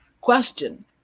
Question